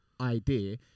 idea